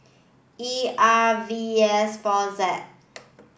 E R V S four Z